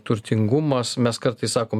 turtingumas mes kartais sakom